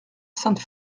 sainte